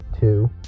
two